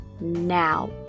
now